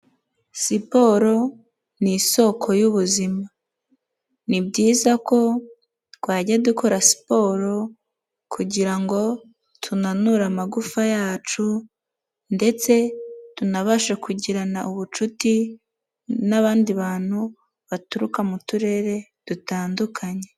Siporo ni isoko y'ubuzima ni byiza ko twajya dukora siporo, kugira ngo tunanure amagufa yacu ndetse tunabashe kugirana ubucuti n'abandi bantu baturuka mu turere dutandukanye.